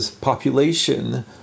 population